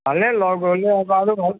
ভালে লগ হ'লে আৰু ভাল